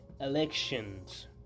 elections